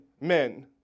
men